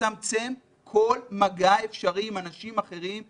לצמצם כל מגע אפשרי עם אנשים אחרים,